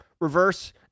reverse